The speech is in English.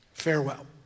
farewell